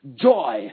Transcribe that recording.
joy